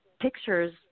pictures